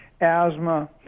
asthma